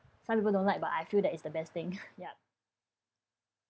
some people don't like but I feel that is the best thing yup